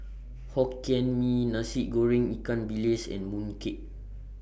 Hokkien Mee Nasi Goreng Ikan Bilis and Mooncake